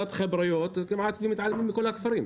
כמעט ומתעלמים מכל הכפרים.